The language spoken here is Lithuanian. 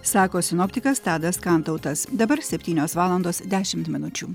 sako sinoptikas tadas kantautas dabar septynios valandos dešimt minučių